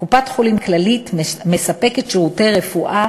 קופת-חולים כללית מספקת שירותי רפואה